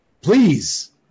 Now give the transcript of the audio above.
Please